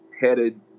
headed